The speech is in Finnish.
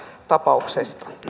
tapauksesta